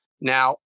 Now